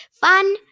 Fun